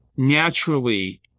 naturally